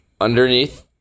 underneath